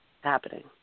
happening